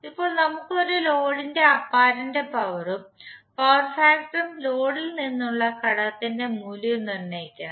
ഇപ്പോൾ നമ്മൾ ഒരു ലോഡിന്റെ അപ്പാരന്റ് പവർ ഉം പവർ ഫാക്ടർ ഉം ലോഡിൽ നിന്നുള്ള ഘടകത്തിന്റെ മൂല്യവും നിർണ്ണയിക്കണം